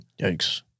Yikes